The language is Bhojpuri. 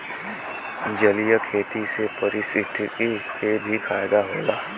जलीय खेती से पारिस्थितिकी के भी फायदा होला